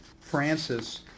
Francis